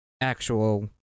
actual